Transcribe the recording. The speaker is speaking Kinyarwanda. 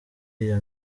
iyo